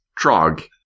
Trog